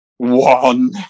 One